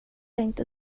inte